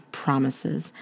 promises